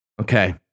Okay